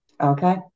Okay